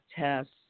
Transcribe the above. tests